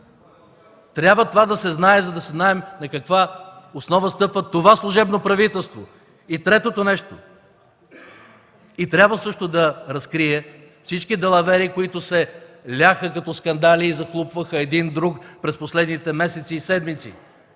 Това трябва да се знае, за да знаем на каква основа стъпва това служебно правителство. Третото нещо, трябва също да разкрие всички далавери, които се ляха като скандали и захлупваха един-друг през последните месеци и седмици,